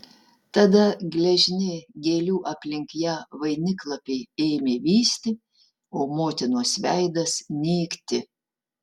tada gležni gėlių aplink ją vainiklapiai ėmė vysti o motinos veidas nykti